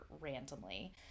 randomly